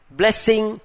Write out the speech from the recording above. blessing